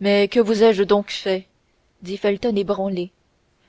mais que vous ai-je donc fait dit felton ébranlé